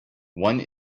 one